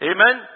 Amen